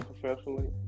professionally